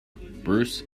bruce